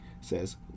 says